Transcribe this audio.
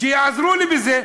שיעזרו לי בזה.